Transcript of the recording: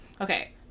okay